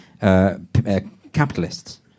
capitalists